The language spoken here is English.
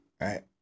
Right